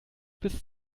bis